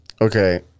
Okay